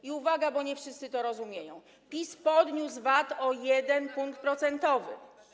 I uwaga, bo nie wszyscy to rozumieją: PiS podniósł VAT o 1 punkt procentowy.